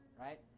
right